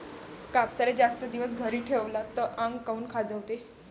कापसाले जास्त दिवस घरी ठेवला त आंग काऊन खाजवते?